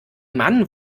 mann